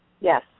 Yes